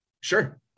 Sure